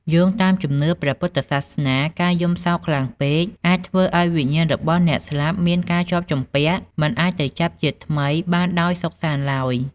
យោងតាមជំនឿព្រះពុទ្ធសាសនា ការយំសោកខ្លាំងពេកអាចធ្វើឱ្យវិញ្ញាណរបស់អ្នកស្លាប់មានការជាប់ជំពាក់មិនអាចទៅចាប់ជាតិថ្មីបានដោយសុខសាន្តឡើយ។